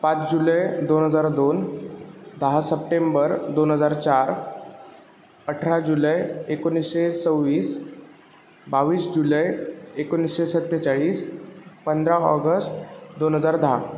पाच जुलय दोन हजार दोन दहा सप्टेंबर दोन हजार चार अठरा जुलय एकोणिसशे सव्वीस बावीस जुलय एकोणिसशे सत्तेचाळीस पंधरा ऑगस्ट दोन हजार दहा